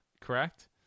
correct